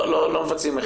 לא מבצעים מחיקה.